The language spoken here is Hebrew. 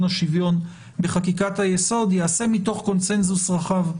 השוויון בחקיקת היסוד ייעשה מתוך קונצנזוס רחב.